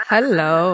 Hello